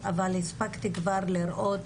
אבל מחלקה אחת,